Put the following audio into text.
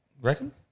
Reckon